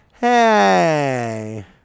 Hey